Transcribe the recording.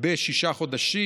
בשישה חודשים,